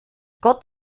gott